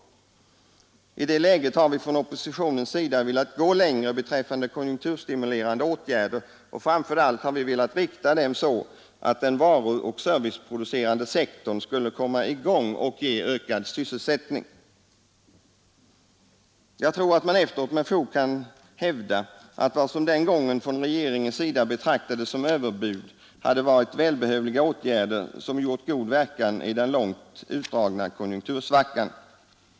I det läget har vi från oppositionens sida velat gå längre beträffande konjunkturstimulerande åtgärder, och framför allt har vi velat rikta dem så att den varuoch serviceproducerande sektorn skulle komma i gång och ge ökad sysselsättning. Jag tror att man efteråt med fog kan hävda att vad som den gången från regeringens sida betraktades som överbud hade varit välbehövliga åtgärder, som gjort god verkan i den långt utdragna konjunktursvackan.